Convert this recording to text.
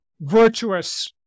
virtuous